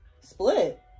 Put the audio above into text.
split